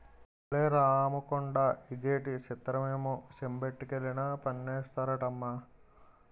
ఒలే రాముకొండా ఇదేటి సిత్రమమ్మో చెంబొట్టుకెళ్లినా పన్నేస్తారటమ్మా